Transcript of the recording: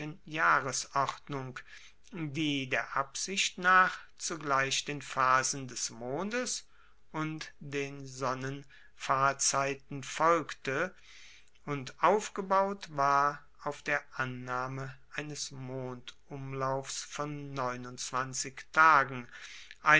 jahresordnung die der absicht nach zugleich den phasen des mondes und den sonnenfahrzeiten folgte und aufgebaut war auf der annahme eines mondumlaufs von tagen